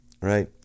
right